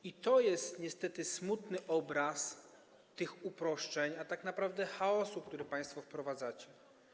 I to jest niestety smutny obraz tych uproszczeń, a tak naprawdę chaosu, który państwo wprowadzacie.